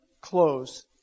close